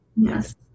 yes